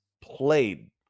played